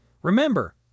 Remember